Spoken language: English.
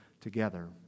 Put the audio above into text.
together